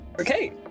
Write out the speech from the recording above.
Okay